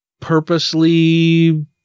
purposely